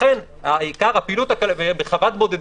ואכן עיקר הפעילות בחוות בודדים,